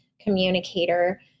Communicator